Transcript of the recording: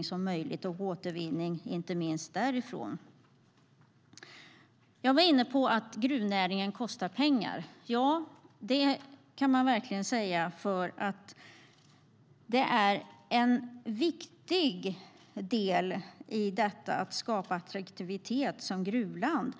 och återvinning som möjligt därifrån. Jag var inne på att gruvnäringen kostar pengar. Det kan man verkligen säga, för det är en viktig del i detta att skapa attraktivitet som gruvland.